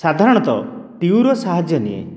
ସାଧାରଣତଃ ଟିୟୂବ୍ର ସାହାଯ୍ୟ ନିଏ